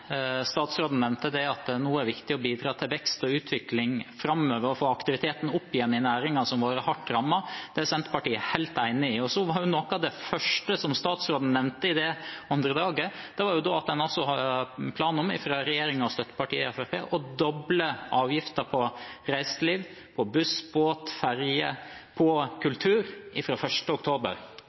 Statsråden mente at det nå er viktig å bidra til vekst og utvikling framover og få aktiviteten opp igjen i næringer som har vært hardt rammet. Det er Senterpartiet helt enig i. Så var noe av det første statsråden nevnte i det åndedraget, at en fra regjeringens støtteparti Fremskrittspartiet har en plan om å doble avgiften på reiseliv, og på buss, båt, ferje og kultur, fra 1. oktober.